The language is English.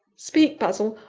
speak, basil!